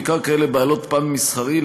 בעיקר כאלה בעלות פן מסחרי,